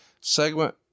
segment